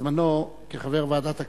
כחבר ועדת הכספים,